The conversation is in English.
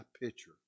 picture